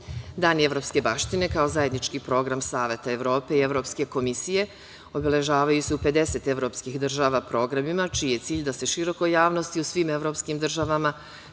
„Dani evropske baštine“, kao zajednički program Saveta Evrope i Evropske komisije, obeležavaju se u 50 evropskih država programima čiji je cilj da se širokoj javnosti u svim evropskim državama